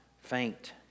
faint